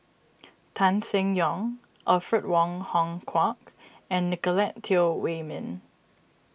Tan Seng Yong Alfred Wong Hong Kwok and Nicolette Teo Wei Min